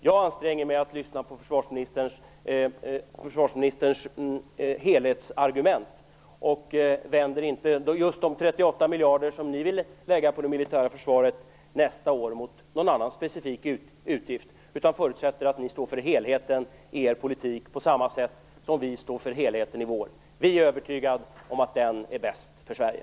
Jag anstränger mig att lyssna på försvarsministerns helhetsargument och ställer inte just de 38 miljarder som ni vill lägga på det militära försvaret nästa år mot någon annan specifik utgift, utan förutsätter att ni står för helheten i er politik på samma sätt som vi står för helheten i vår. Vi är övertygade om att den är bäst för Sverige.